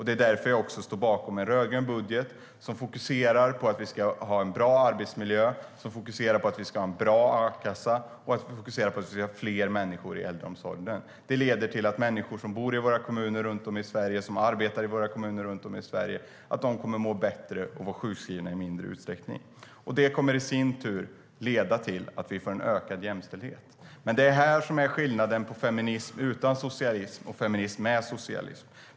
Det är därför jag står bakom en rödgrön budget som fokuserar på att vi ska ha en bra arbetsmiljö, en bra a-kassa och fler människor i äldreomsorgen. Det leder till att människor som bor och arbetar i våra kommuner runt om i Sverige kommer att må bättre och vara sjukskrivna i mindre utsträckning. Det kommer i sin tur att leda till att vi får en ökad jämställdhet. Det är det här som är skillnaden mellan feminism utan socialism och feminism med socialism.